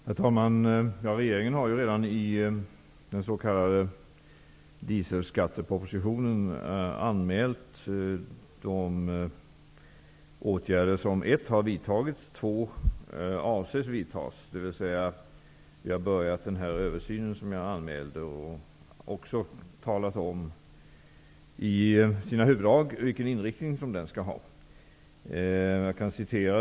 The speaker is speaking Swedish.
Herr talman! Regeringen redogjorde redan i den s.k. dieselskattepropositionen för de åtgärder som har vidtagits och de åtgärder som avses att vidtas. Man har påbörjat den översyn som jag talade om och också angivit i huvuddrag vilken inriktning som den skall ha.